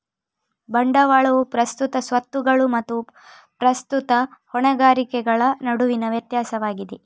ಬಂಡವಾಳವು ಪ್ರಸ್ತುತ ಸ್ವತ್ತುಗಳು ಮತ್ತು ಪ್ರಸ್ತುತ ಹೊಣೆಗಾರಿಕೆಗಳ ನಡುವಿನ ವ್ಯತ್ಯಾಸವಾಗಿದೆ